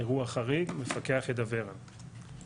אירוע חריג, המפקח ידווח על זה.